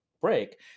break